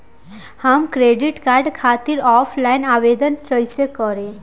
हम credit card खातिर offline आवेदन कइसे करि?